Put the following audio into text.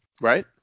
right